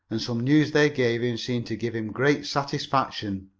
and some news they gave him seemed to give him great satisfaction.